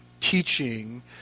teaching